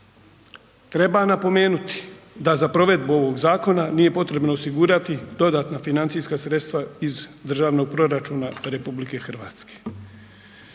Treba napomenuti da za provedbu ovog zakona nije potrebno osigurati dodatna financijska sredstva iz državnog proračuna RH.